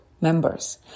members